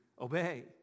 obey